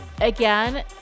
again